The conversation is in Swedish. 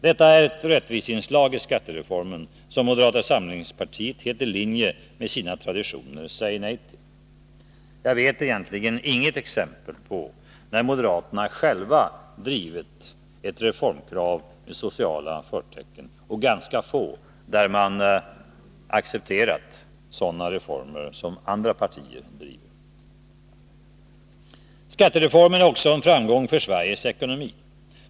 Detta är ett rättviseinslag i skattereformen, som moderata samlingspartiet helt i linje med sina traditioner säger nej till. Jag vet egentligen inget exempel på när moderaterna själva drivit ett reformkrav med sociala förtecken. Och ganska få, där man accepterat sådana reformförslag från andra partier. Skattereformen är också en framgång för Sveriges ekonomi.